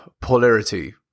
polarity